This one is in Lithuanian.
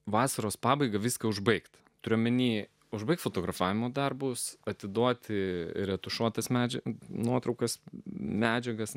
vasaros pabaiga viską užbaigti turiu omeny užbaik fotografavimo darbus atiduoti retušuotas medžių nuotraukas medžiagas